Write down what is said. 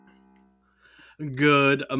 good